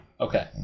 Okay